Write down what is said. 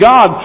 God